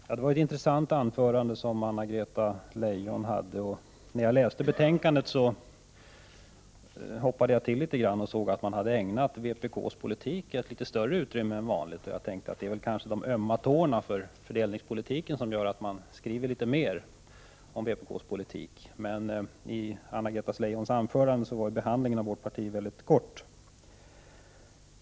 Herr talman! Det var ett intressant anförande Anna-Greta Leijon höll. När jag läste betänkandet hoppade jag till när jag såg att man hade ägnat vpk:s politik litet större utrymme än vanligt. Jag tänkte att det kanske berodde på att man hade ömma tår vad gäller fördelningspolitiken. Men i Anna-Greta Leijons anförande var behandlingen av vårt parti mycket kortfattad.